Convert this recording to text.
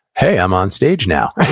hey, i'm on stage now.